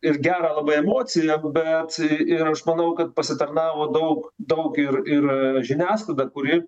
ir gerą labai emociją bet ir aš manau kad pasitarnavo daug daug ir ir žiniasklaida kuri